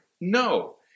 No